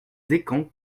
descamps